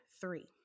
three